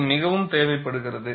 இது மிகவும் தேவைப்படுகிறது